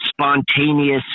spontaneous